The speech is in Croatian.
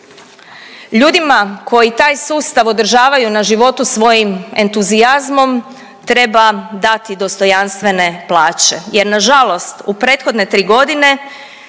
Ljudima koji taj sustav održavaju na životu svojim entuzijazmom treba dati dostojanstvene plaće jer nažalost u prethodne 3.g.